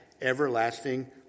everlasting